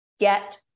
Get